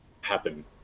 Happen